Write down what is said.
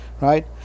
right